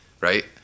right